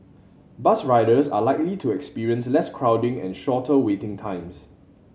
bus riders are likely to experience less crowding and shorter waiting times